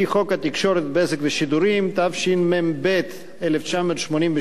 לפי חוק התקשורת (בזק ושידורים), התשמ"ב 1982,